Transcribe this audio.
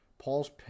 Paul's